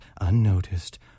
unnoticed